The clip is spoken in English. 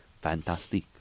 Fantastic